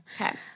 okay